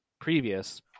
previous